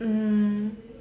mm